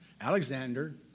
Alexander